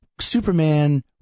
Superman